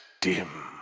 dim